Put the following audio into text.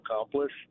accomplish